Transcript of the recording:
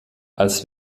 als